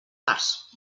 parts